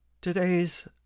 Today's